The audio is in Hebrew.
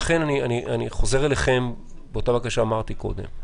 לכן אני חוזר אליכם עם אותה בקשה שביקשתי קודם,